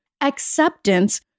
Acceptance